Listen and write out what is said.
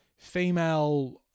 female